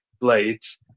Blades